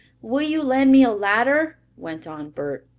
will you lend me a ladder? went on bert.